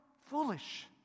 foolish